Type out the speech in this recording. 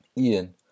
Ian